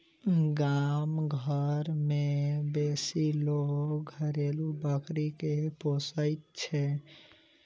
गाम घर मे बेसी लोक घरेलू बकरी के पोसैत छै